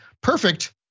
Perfect